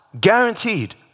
guaranteed